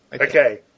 Okay